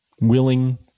Willing